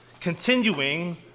continuing